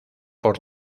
por